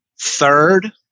Third